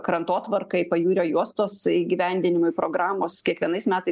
krantotvarkai pajūrio juostos įgyvendinimui programos kiekvienais metais